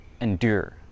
endure